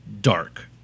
Dark